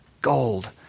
gold